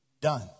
done